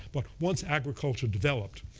but once agriculture developed,